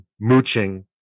mooching